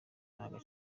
aba